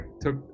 took